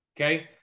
okay